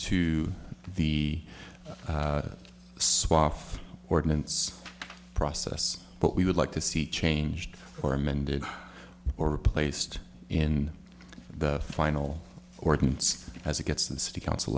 to the swap ordinance process but we would like to see changed or amended or replaced in the final ordinance as it gets to the city council